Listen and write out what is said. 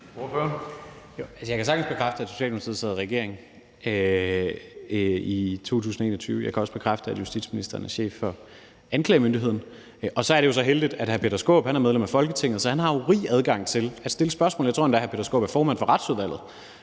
Jeg kan sagtens bekræfte, at Socialdemokratiet sad i regering i 2021. Jeg kan også bekræfte, at justitsministeren er chef for anklagemyndigheden. Og så er det jo heldigt, at hr. Peter Skaarup er medlem af Folketinget, så han har fri adgang til at stille spørgsmål. Jeg tror endda, at hr. Peter Skaarup er formand for Retsudvalget.